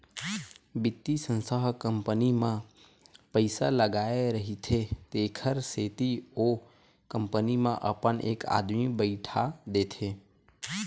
बित्तीय संस्था ह कंपनी म पइसा लगाय रहिथे तेखर सेती ओ कंपनी म अपन एक आदमी बइठा देथे